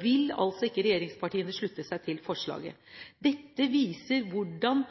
vil altså ikke regjeringspartiene slutte seg til forslaget. Dette viser hvordan